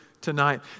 tonight